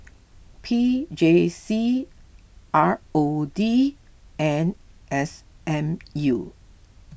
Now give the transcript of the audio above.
P J C R O D and S M U